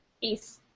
Peace